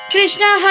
Krishna